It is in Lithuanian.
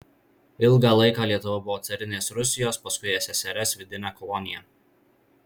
ilgą laiką lietuva buvo carinės rusijos paskui ssrs vidine kolonija